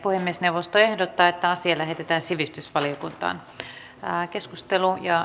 puhemiesneuvosto ehdottaa että asia lähetetään sivistysvaliokuntaan